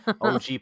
OG